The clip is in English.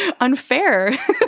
unfair